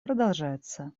продолжается